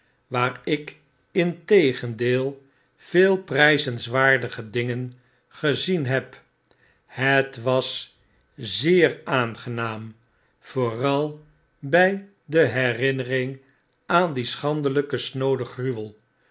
waar ik integendeel veel prjjzenswaardige dingen geziien heb het was zeer aangenaam vooral by de herinnering aan dien schandelgk snooden gruwel